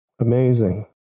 Amazing